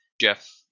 Jeff